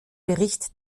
bericht